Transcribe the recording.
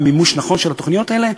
במימוש נכון של התוכניות האלה,